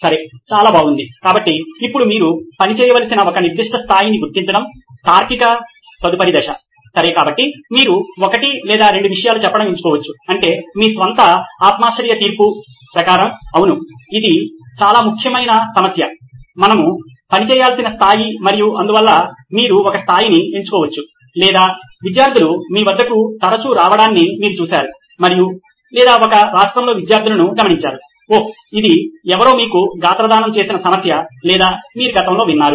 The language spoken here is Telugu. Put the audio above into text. సరే చాలా బాగుంది కాబట్టి ఇప్పుడు మీరు పనిచేయవలసిన ఒక నిర్దిష్ట స్థాయిని గుర్తించడం తార్కిక తదుపరి దశ సరే కాబట్టి మీరు ఒకటి లేదా రెండు విషయాలు చెప్పడం ఎంచుకోవచ్చు అంటే మీ స్వంత ఆత్మాశ్రయ తీర్పు ప్రకారం అవును ఇది చాలా ముఖ్యమైన సమస్య మనము పని చేయాల్సిన స్థాయి మరియు అందువల్ల మీరు ఒక స్థాయిని ఎంచుకోవచ్చు లేదా విద్యార్థులు మీ వద్దకు తరచూ రావడాన్ని మీరు చూశారు మరియు లేదా ఇది ఒక రాష్ట్రంలో విద్యార్థులను గమనించారు ఓహ్ ఇది ఎవరో మీకు గాత్రదానం చేసిన సమస్య లేదా మీరు గతంలో విన్నారు